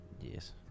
Yes